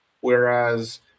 whereas